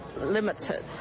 limited